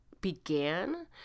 began